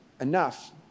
enough